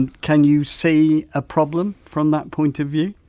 and can you see a problem from that point of view?